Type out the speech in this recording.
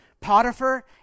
Potiphar